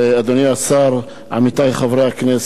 אדוני השר, עמיתי חברי הכנסת,